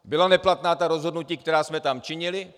Byla neplatná ta rozhodnutí, která jsme tam činili?